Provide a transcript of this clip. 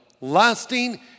lasting